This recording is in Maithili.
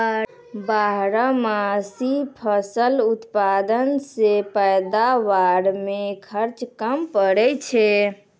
बारहमासी फसल उत्पादन से पैदावार मे खर्च कम पड़ै छै